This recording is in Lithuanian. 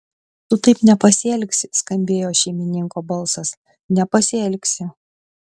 tu taip nepasielgsi skambėjo šeimininko balsas nepasielgsi